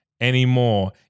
anymore